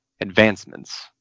advancements